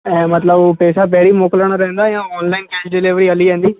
ऐं मतिलबु पैसा पहिरीं मोकिलिणा रहंदा या ऑनलाइन कैश डिलीवरी हली वेंदी